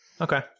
Okay